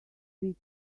sweet